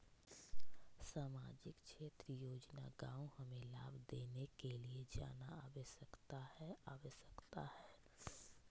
सामाजिक क्षेत्र योजना गांव हमें लाभ लेने के लिए जाना आवश्यकता है आवश्यकता है?